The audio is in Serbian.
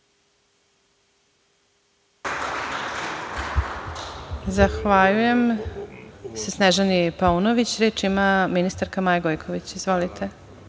Zahvaljujem se Snežani Paunović. Reč ima ministarka Maja Gojković. Izvolite.